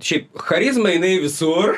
šiaip charizma jinai visur